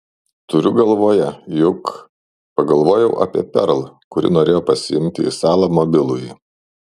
turiu galvoje juk pagalvojau apie perl kuri norėjo pasiimti į salą mobilųjį